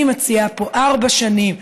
אני מציעה פה ארבע שנים,